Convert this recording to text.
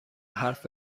حرف